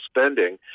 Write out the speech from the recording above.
spending